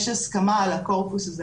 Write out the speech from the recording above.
יש הסכמה על הקורפוס הזה,